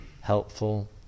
helpful